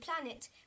planet